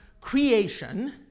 creation